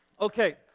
Okay